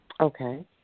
Okay